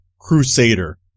crusader